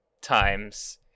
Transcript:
times